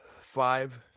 five